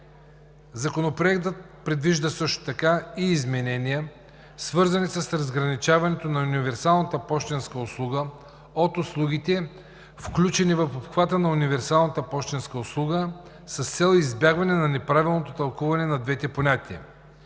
Законопроектът предвижда също така и изменения, свързани с разграничаването на универсалната пощенска услуга от услугите, включени в обхвата на универсалната пощенска услуга, с цел избягване на неправилното тълкуване на двете понятия.